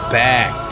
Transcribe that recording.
back